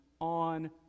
on